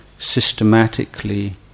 systematically